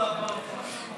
הרווחה והבריאות נתקבלה.